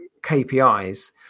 KPIs